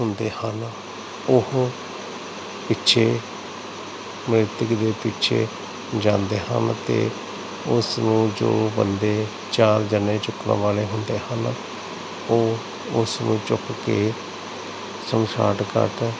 ਹੁੰਦੇ ਹਨ ਉਹ ਪਿੱਛੇ ਮ੍ਰਿਤਕ ਦੇ ਪਿੱਛੇ ਜਾਂਦੇ ਹਨ ਅਤੇ ਉਸ ਨੂੰ ਜੋ ਬੰਦੇ ਚਾਰ ਜਣੇ ਚੁੱਕਣ ਵਾਲੇ ਹੁੰਦੇ ਹਨ ਉਹ ਉਸ ਨੂੰ ਚੁੱਕ ਕੇ ਸ਼ਮਸ਼ਾਨ ਘਾਟ